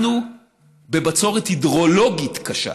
אנחנו בבצורת הידרולוגית קשה.